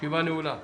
הישיבה נעולה.